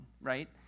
right